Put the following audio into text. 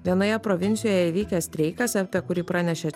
vienoje provincijoje įvykęs streikas apie kurį pranešė